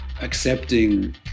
accepting